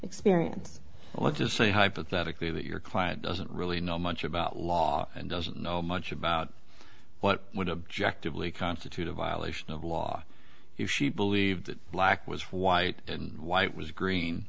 experience let's just say hypothetically that your client doesn't really know much about law and doesn't know much about what one objective lee constitute a violation of law if she believed that black was white and white was green